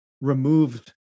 Removed